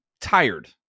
tired